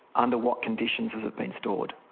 under what conditions has it been stored.